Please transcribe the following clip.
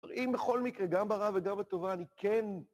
אם בכל מקרה, גם ברעה וגם בטובה, אני כן...